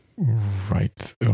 Right